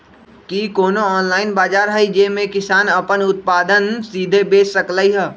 कि कोनो ऑनलाइन बाजार हइ जे में किसान अपन उत्पादन सीधे बेच सकलई ह?